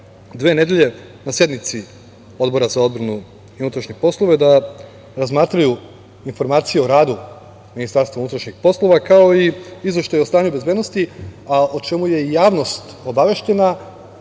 dve nedelje na sednici Odbora za odbranu i unutrašnje poslove da razmatraju informacije o radu Ministarstva unutrašnjih poslova, kao i Izveštaj o stanju bezbednosti, a o čemu je i javnost obaveštena